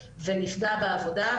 ונפצע בעבודה,